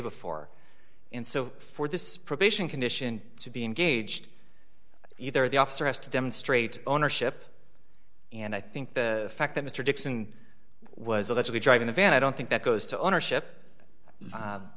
before and so for this probation condition to be engaged either the officer has to demonstrate ownership and i think the fact that mr dixon was allegedly driving the van i don't think that goes to ownership